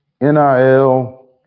NIL